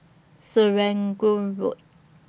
Serangoon Road